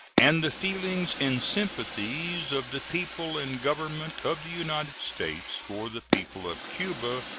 and the feelings and sympathies of the people and government of the united states for the people of cuba,